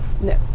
no